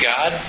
God